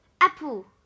Apple